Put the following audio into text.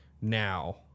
now